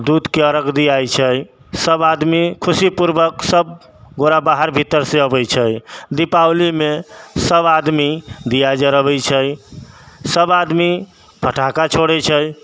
दूधके अर्घ दिआइ छै सब आदमी खुशीपूर्वक सब गोरा बाहर भीतरसँ अबै छै दीपावलीमे सब आदमी दिआ जरबै छै सब आदमी पटाखा छोड़ै छै